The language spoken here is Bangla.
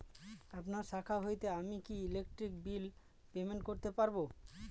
আপনার শাখা হইতে আমি কি ইলেকট্রিক বিল পেমেন্ট করতে পারব?